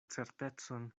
certecon